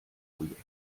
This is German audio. projekt